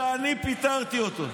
שאני פיטרתי אותו.